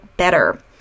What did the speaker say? Better